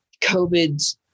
COVID